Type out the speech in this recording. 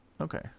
Okay